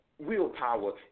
willpower